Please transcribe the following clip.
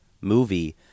movie